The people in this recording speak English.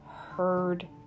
heard